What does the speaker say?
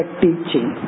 teaching